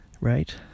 right